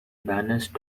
banished